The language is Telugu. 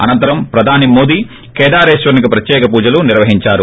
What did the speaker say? అనంతరం ప్రధాని మోదీ కేదారేశ్వరునికి ప్రత్యేక పూజలు నిర్వహించారు